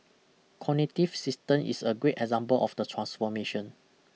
cognitive Systems is a great example of the transformation